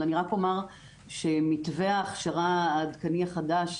אני רק אומר שמתווה ההכשרה העדכני החדש,